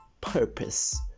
purpose